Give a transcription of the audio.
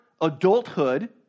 adulthood